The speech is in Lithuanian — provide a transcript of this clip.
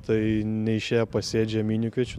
tai neišėjo pasėt žieminių kviečių